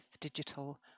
digital